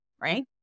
right